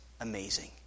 amazing